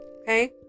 okay